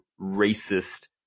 racist